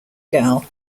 girl